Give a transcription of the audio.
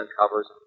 uncovers